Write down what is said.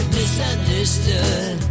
misunderstood